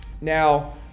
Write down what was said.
now